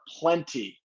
plenty